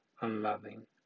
unloving